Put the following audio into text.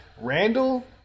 Randall